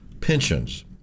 pensions